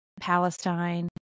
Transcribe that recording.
palestine